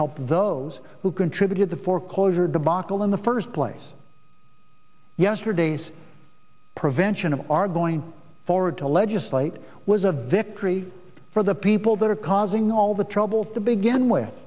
help those who contributed the foreclosure debacle in the first place yesterdays prevention of our going forward to legislate was a victory for the people that are causing all the trouble to begin with